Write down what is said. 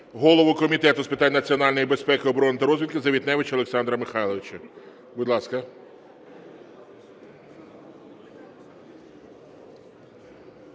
голову Комітету з питань національної безпеки, оборони та розвідки Завітневича Олександра Михайловича. Будь ласка.